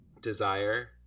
desire